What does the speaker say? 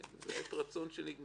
זו עת רצון שכבר נגמרה.